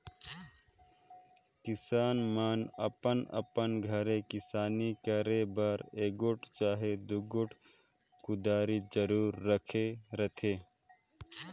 किसान मन अपन अपन घरे किसानी करे बर एगोट चहे दुगोट कुदारी जरूर राखे रहथे